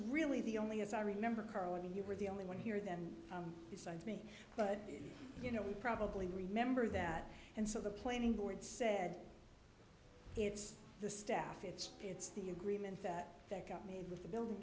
really the only as i remember carl when you were the only one here then decided me but you know we probably remember that and so the planning board said it's the staff it's it's the agreement that made with the building